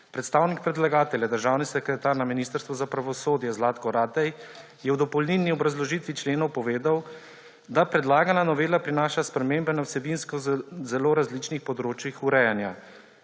Predstavnik predlagatelja državni sekretar na Ministrstvu za pravosodje Zlato Ratej je v dopolnilni obrazložitvi členov povedal, da predlagana novela prinaša spremembe na vsebinsko zelo različnih področjih urejanja.